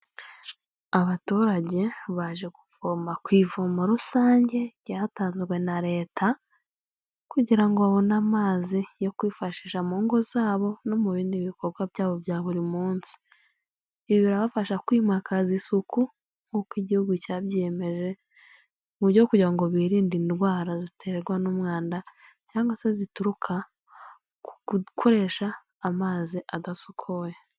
Abaturage baje kuvoma ku ivomo rusange ryatanzwe na Leta kugira ngo babone amazi yo kwifashisha mu ngo zabo no mu bindi bikorwa byabo bya buri munsi, ibi birabafasha kwimakaza isuku nk'uko igihugu cyabyiyemeje mu buryo bwo kugira ngo biririnde indwara ziterwa n'umwanda cyangwa se zituruka ku gukoresha amazi adasukuye.